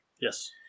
Yes